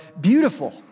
beautiful